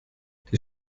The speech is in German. die